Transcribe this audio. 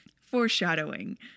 Foreshadowing